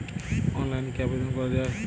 অনলাইনে কি আবেদন করা য়ায়?